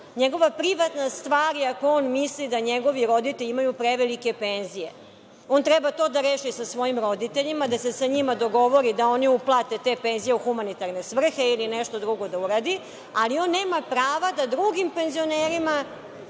NJegova privatna stvar je ako on misli da njegovi roditelji imaju prevelike penzije. On treba to da reši sa svojim roditeljima, da se sa njima dogovori da oni uplate te penzije u humanitarne svrhe ili nešto drugo da uradi, ali on nema prava da drugim penzionerima